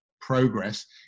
progress